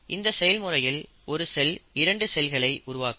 இந்த செயல்முறையில் ஒரு செல் இரண்டு செல்களை உருவாக்கும்